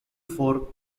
for